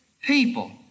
people